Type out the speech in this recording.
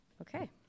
Okay